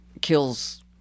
kills